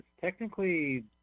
technically